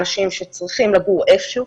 אנשים שצריכים לגור איפשהו.